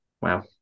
Wow